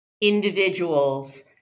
individuals